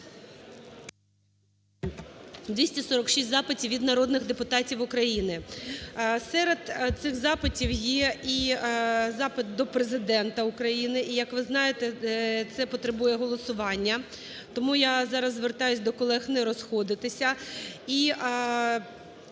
246 запитів від народних депутатів України. Серед цих запитів є і запит до Президента України, і як ви знаєте, це потребує голосування. Тому я зараз звертаюся до колег не розходитися.